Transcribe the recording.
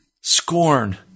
scorn